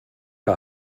que